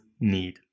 need